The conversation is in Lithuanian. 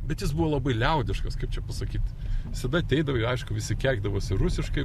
bet jis buvo labai liaudiškas kaip čia pasakyt visada ateidavai aišku visi keikdavosi rusiškai